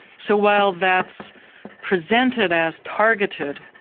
so while that's presented as targeted,